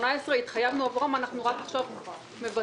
התחייבנו עבורם ואנחנו רק עכשיו מבצעים